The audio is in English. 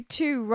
two